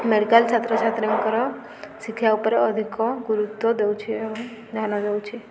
medical ଛାତ୍ରଛାତ୍ରୀଙ୍କର ଶିକ୍ଷା ଉପରେ ଅଧିକ ଗୁରୁତ୍ୱ ଦଉଛେ ଓ ଧ୍ୟାନ ଦଉଛେ